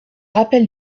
rappels